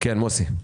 כן, מוסי.